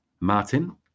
Martin